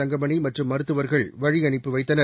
தங்கமணி மற்றும் மருத்துவர்கள் வழியனுப்பி வைத்தனர்